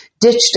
ditched